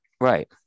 Right